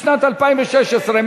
לשנת 2016,